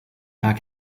back